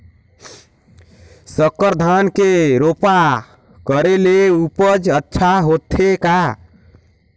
संकर धान के रोपा करे ले उपज अच्छा होथे का?